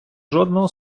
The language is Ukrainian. жодного